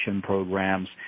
programs